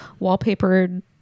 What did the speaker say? wallpapered